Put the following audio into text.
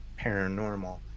paranormal